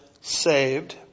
saved